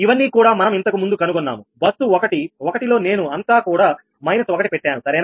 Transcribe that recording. ఇవన్నీ కూడా మనం ఇంతకుముందు కనుగొన్నాము బస్సు ఒకటి లో నేను అంతా కూడా 1 పెట్టాను సరేనా